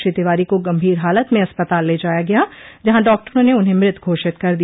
श्री तिवारी को गंभीर हालत में अस्पताल ले जाया गया जहां डॉक्टरों ने उन्हें मृत घोषित कर दिया